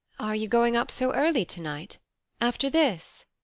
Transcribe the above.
are you going up so early to-night after this?